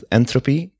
entropy